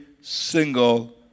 single